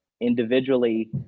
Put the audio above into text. individually